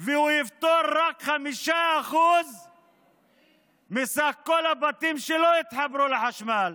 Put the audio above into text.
והוא יפתור רק 5% מסך כל הבתים שלא התחברו לחשמל.